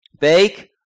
Bake